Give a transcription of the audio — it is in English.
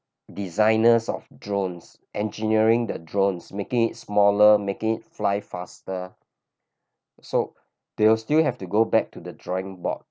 designers of drones engineering the drones making it smaller market fly faster soak they will still have to go back to the drawing board